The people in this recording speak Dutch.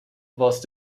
was